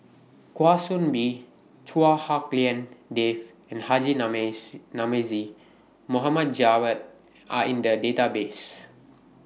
Kwa Soon Bee Chua Hak Lien Dave and Haji Namazie Mohd Javad Are in The Database